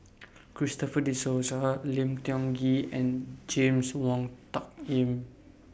Christopher De Souza Lim Tiong Ghee and James Wong Tuck Yim